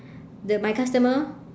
the my customer